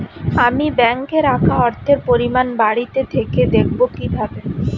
আমি ব্যাঙ্কে রাখা অর্থের পরিমাণ বাড়িতে থেকে দেখব কীভাবে?